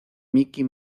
mickey